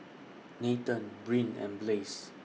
Nathen Brynn and Blaze